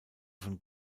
von